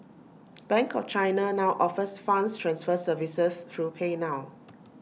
bank of China now offers funds transfer services through PayNow